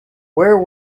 where